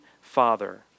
father